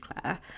Claire